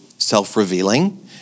self-revealing